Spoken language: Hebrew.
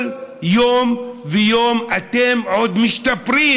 כל יום ויום אתם עוד משתפרים